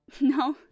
No